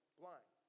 blind